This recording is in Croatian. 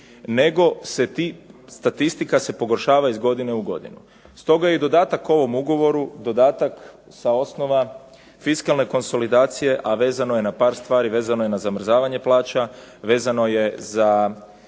nego statistika se pogoršava iz godine u godinu. Stoga je i dodatak ovom ugovoru dodatak sa osnova fiskalne konsolidacije, a vezano je na par stvari, vezano je na zamrzavanje plaća, vezano je za